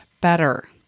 better